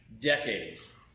decades